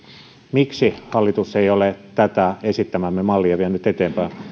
miksi hallitus ei ole tätä esittämäämme mallia vienyt eteenpäin